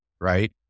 right